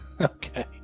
Okay